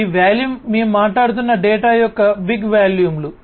ఈ వాల్యూమ్ మేము మాట్లాడుతున్న డేటా యొక్క బిగ్ వాల్యూమ్లు